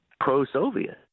pro-Soviet